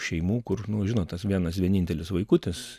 šeimų kur nu žinot tas vienas vienintelis vaikutis